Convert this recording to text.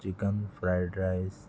chicken fried rice